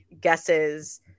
guesses